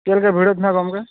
ᱪᱮᱫᱽᱞᱮᱠᱟ ᱵᱷᱤᱲᱚᱜ ᱛᱟᱦᱮᱱᱟ ᱜᱚᱢᱠᱮ